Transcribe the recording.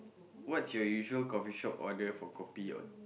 what's your usual coffee shop order for kopi